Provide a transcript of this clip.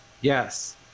Yes